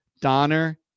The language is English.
Donner